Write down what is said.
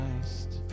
Christ